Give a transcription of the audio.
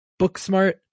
Booksmart